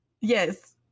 Yes